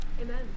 Amen